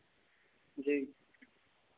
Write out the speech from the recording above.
जी